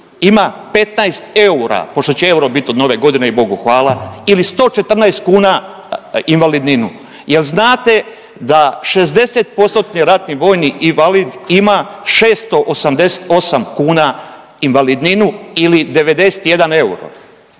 ima 15 eura, pošto će euro bit od Nove godine i Bogu hvala, ili 114 kuna invalidninu, jel znate da 60%-tni ratni vojni invalid ima 688 kuna invalidninu ili 91 euro